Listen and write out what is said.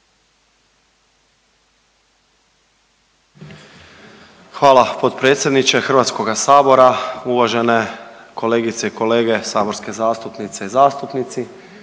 Hvala potpredsjedniče HS-a, uvažene kolegice i kolege saborske zastupnice i zastupnici,